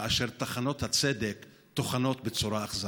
וטחנות הצדק טוחנות בצורה אכזרית?